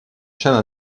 chaîne